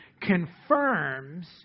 confirms